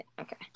Okay